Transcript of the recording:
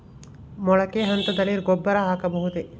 ಮೊಳಕೆ ಹಂತದಲ್ಲಿ ಗೊಬ್ಬರ ಹಾಕಬಹುದೇ?